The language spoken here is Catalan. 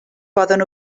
poden